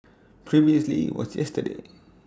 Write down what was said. previously was yesterday